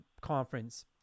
conference